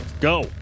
Go